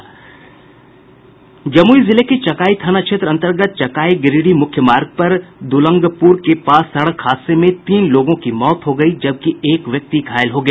जमुई जिले के चकाई थाना अंतर्गत चकाई गिरिडीह मुख्य मार्ग पर द्रलंमपूर के पास सड़क हादसे में तीन लोगों की मौत हो गयी जबकि एक व्यक्ति घायल हो गया